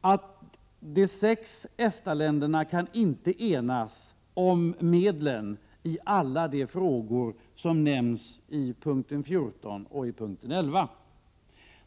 att de sex EFTA-länderna inte kan enas om medlen i alla de frågor som nämns i punkten 14 och punkten 11.